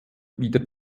wieder